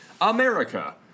America